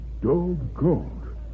doggone